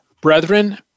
Brethren